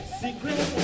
secret